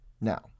Now